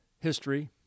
history